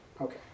Okay